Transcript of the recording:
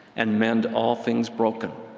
and mend all things broken,